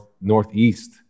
northeast